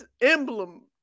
emblem